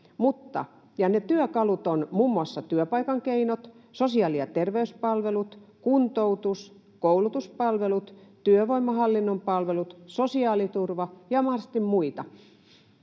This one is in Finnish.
työkaluja ovat muun muassa työpaikan keinot, sosiaali- ja terveyspalvelut, kuntoutus, koulutuspalvelut, työvoimahallinnon palvelut, sosiaaliturva ja mahdollisesti muut